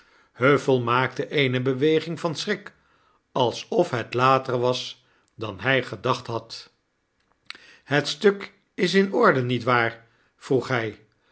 huffell maakte eene beweging van schrik alsof het later was dan hy gedacht had het stuk is in orde niet waar vroeg hy